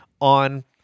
on